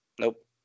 Nope